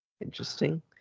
interesting